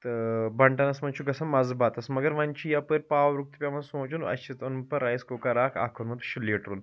تہٕ بَنٹنَس منٛز چھُ گژھان مزٕ بَتَس مگر وۄنۍ چھُ یپٲرۍ پاورُک تہِ پیٚوان سونٛچُن اسہِ چھِ اوٚن پَتہٕ رایِس کُکَر اَکھ اَکھ اوٚنمُت شےٚ لیٖٹرُن